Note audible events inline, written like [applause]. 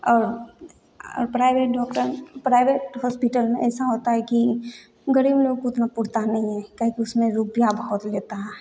और private doctor private hospital में ऐसा होता है कि गरीब लोग को उतना [unintelligible] नहीं है क्या है कि उसमें रुपया बहुत लेता है